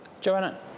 Joanna